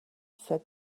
said